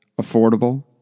affordable